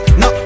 no